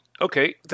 Okay